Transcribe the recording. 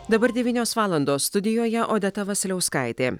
dabar devynios valandos studijoje odeta vasiliauskaitė